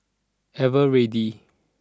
Eveready